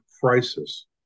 crisis